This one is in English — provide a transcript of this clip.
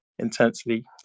intensely